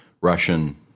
Russian